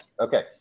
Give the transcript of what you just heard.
Okay